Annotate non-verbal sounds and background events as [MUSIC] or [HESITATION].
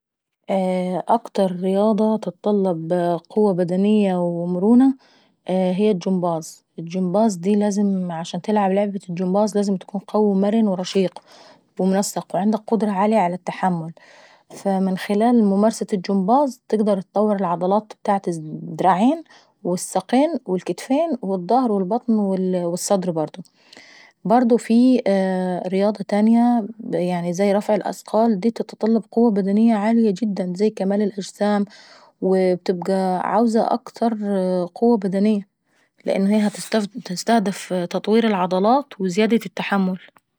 [HESITATION] اكتر رياضة تتطلب قوة بدنية ومرونة هي الجمباز. الجمباز دي عشان تقدر تلعب لعبة جمباز لازم اتكون قوي ومرن وريق ومنسق وعندك قدرة عالية على التحمل. فمن خلال ممارسة الجمباز تقدر اتطور عضلات ابتاعة الدراعين والساقين والكتفين والضهر والبطن والصدر برضه، برضه في رياضة تانية زي رفع الاثقال دي بتتطلب قوة بدنية عالية جدا، زي كمال الاجسام وبتبقى عاوزة اكتر قوة بدنية لان هي هتستدف تطوير العضلات وزايدة التحمل.